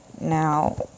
Now